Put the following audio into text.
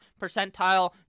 percentile